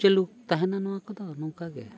ᱪᱟᱹᱞᱩ ᱛᱟᱦᱮᱱᱟ ᱱᱚᱣᱟ ᱠᱚᱫᱚ ᱱᱚᱝᱠᱟᱜᱮ